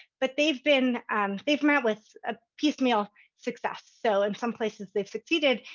but they've been um they've met with a piecemeal success. so in some places, they've succeeded.